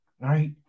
Right